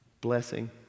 blessing